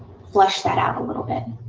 flesh that out a little bit.